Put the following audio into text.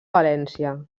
valència